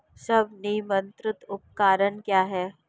स्वनिर्मित उपकरण क्या है?